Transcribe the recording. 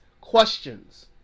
questions